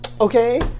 okay